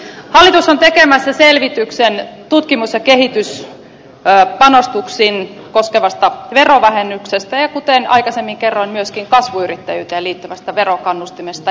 hallitus on tekemässä selvityksen tutkimus ja kehityspanostuksia koskevasta verovähennyksestä ja kuten aikaisemmin kerroin myöskin kasvuyrittäjyyteen liittyvästä verokannustimesta